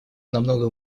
намного